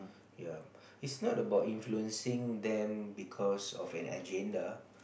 ya it's not about influencing them because of an agenda